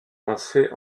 pensées